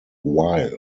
while